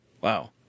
Wow